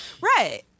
right